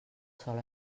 sol